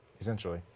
Essentially